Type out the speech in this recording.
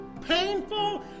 painful